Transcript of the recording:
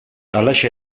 halaxe